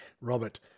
Robert